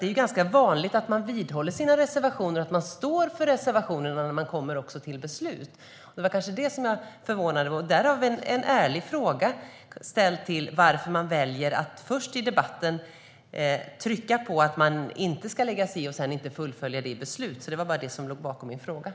Det är ganska vanligt att man vidhåller sina reservationer och står för dem när man kommer till beslut. Vi har ställt en ärlig fråga om varför ni väljer att först i debatten trycka på att man inte ska lägga sig i och sedan inte fullföljer det i beslut.